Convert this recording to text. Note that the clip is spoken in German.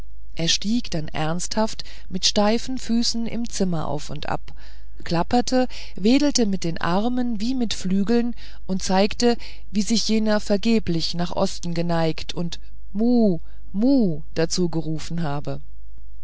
er stieg dann ernsthaft mit steifen füßen im zimmer auf und ab klapperte wedelte mit den armen wie mit flügeln und zeigte wie jener sich vergeblich nach osten geneigt und mu mu dazu gerufen habe